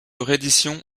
reddition